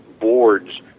boards